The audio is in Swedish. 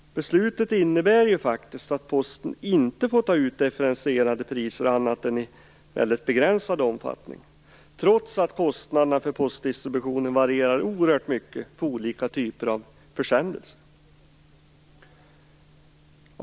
Beslutet innebär att Posten inte får ta ut differentierade priser annat än i mycket begränsad omfattning, trots att kostnaderna för postdistributionen varierar oerhört mycket för olika typer av försändelser.